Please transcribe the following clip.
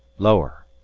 lower!